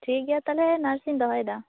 ᱴᱷᱤᱠᱜᱮᱭᱟ ᱛᱟᱦᱚᱞᱮ ᱱᱟᱨᱥᱤᱧ ᱫᱚᱦᱚᱭᱮᱫᱟ